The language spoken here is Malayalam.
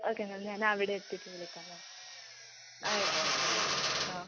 ഓക്കെ മാം ഞാൻ അവിടെ എത്തിയിട്ട് വിളിക്കാം മാം ആ ആ ആ